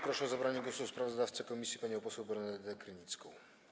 Proszę o zabranie głosu sprawozdawcę komisji panią poseł Bernadetę Krynicką.